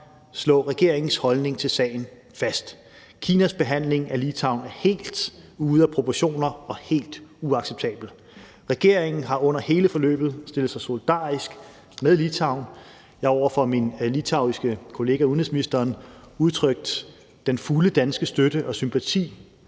slå regeringens holdning til sagen fast. Kinas behandling af Litauen er helt ude af proportioner og helt uacceptabel. Regeringen har under hele forløbet stillet sig solidarisk med Litauen. Jeg har over for min litauiske kollega, altså udenrigsministeren, udtrykt den fulde danske støtte og sympati